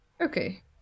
Okay